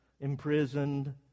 imprisoned